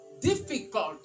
difficult